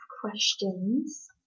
questions